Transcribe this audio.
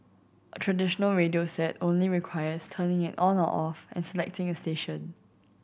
a traditional radio set only requires turning it on or off and selecting a station